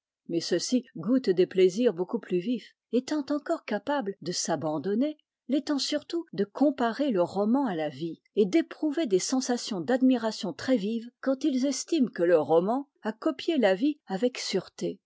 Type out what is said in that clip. mais ceux-ci goûtent des plaisirs beaucoup plus vifs étant encore capables de s'abandonner l'étant surtout de comparer le roman à la vie et d'éprouver des sensations d'admiration très vive quand ils estiment que le roman a copié la vie avec sûreté